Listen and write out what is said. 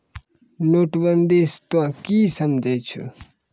नोटबंदी स तों की समझै छौ